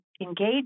engage